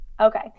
Okay